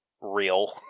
real